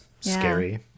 Scary